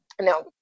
Now